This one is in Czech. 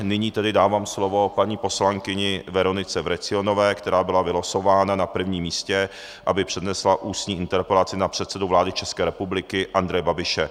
Nyní tedy dávám slovo paní poslankyni Veronice Vrecionové, která byla vylosována na prvním místě, aby přednesla ústní interpelaci na předsedu vlády České republiky Andreje Babiše.